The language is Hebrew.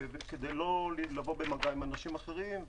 כדי לא לבוא במגע עם אנשים אחרים.